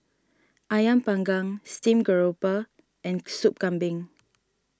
Ayam Panggang Steamed Grouper and Sup Kambing